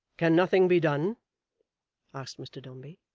can nothing be done asked mr dombey.